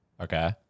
Okay